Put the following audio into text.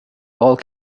all